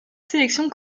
sélection